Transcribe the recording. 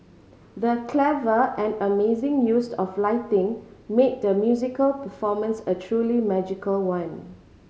the clever and amazing used of lighting made the musical performance a truly magical one